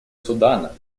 судана